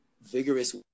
vigorous